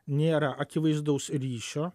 nėra akivaizdaus ryšio